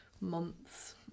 months